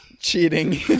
Cheating